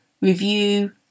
review